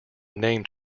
named